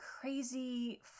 crazy